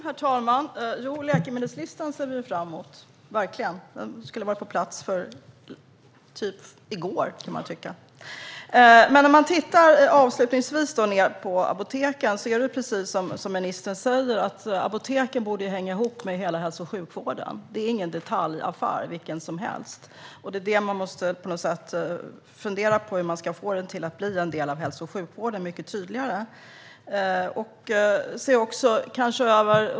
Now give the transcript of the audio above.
Herr talman! Vi ser verkligen fram emot läkemedelslistan. Den borde ha varit på plats typ i går, kan man tycka. När man avslutningsvis tittar på apoteken är det precis som ministern säger. Apoteken borde hänga ihop med hela hälso och sjukvården. Det är ingen detaljaffär vilken som helst. Man måste på något sätt fundera på hur man ska få dem till att mycket tydligare bli en del av hälso och sjukvården.